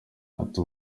ati